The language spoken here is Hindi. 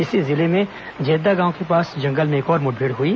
इसी जिले में जेद्दा गांव के पास के जंगल में एक और मुठभेड़ हुई